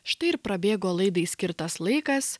štai ir prabėgo laidai skirtas laikas